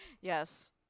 Yes